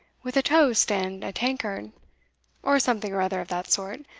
with a toast and a tankard or something or other of that sort,